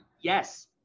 Yes